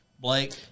Blake